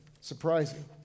surprising